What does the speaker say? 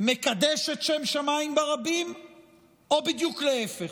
מקדשת שם שמיים ברבים או בדיוק להפך?